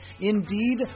Indeed